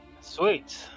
sweet